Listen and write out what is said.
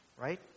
Right